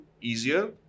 easier